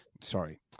sorry